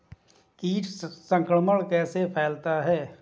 कीट संक्रमण कैसे फैलता है?